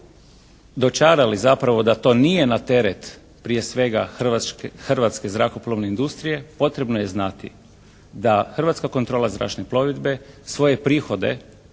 dočarali zapravo da to nije na teret prije svega Hrvatske zrakoplovne industrije potrebno je znati da Hrvatska kontrola zračne plovidbe svoje prihode